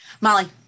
Molly